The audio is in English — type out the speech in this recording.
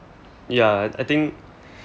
ya I think